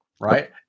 right